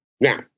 Now